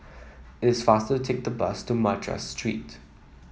it is faster to take the bus to Madras Street